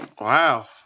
Wow